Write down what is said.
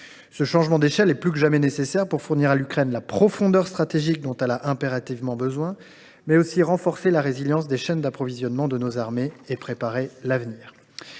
Ce changement d’échelle est plus que jamais nécessaire pour fournir à l’Ukraine la profondeur stratégique dont celle ci a impérativement besoin, mais aussi pour renforcer la résilience des chaînes d’approvisionnement de nos armées et préparer l’avenir.